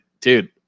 dude